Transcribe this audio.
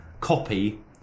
copy